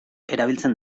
erabiltzen